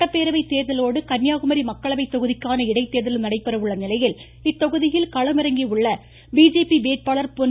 சட்டப்பேரவை தேர்தலோடு கன்னியாகுமரி மக்களவை தொகுதிக்கான இடைத்தேர்தலும் நடைபெற உள்ள நிலையில் இத்தொகுதியில் களமிறங்கியுள்ள பிஜேபி வேட்பாளர் பொன்